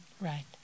right